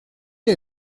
est